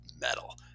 metal